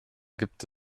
gibt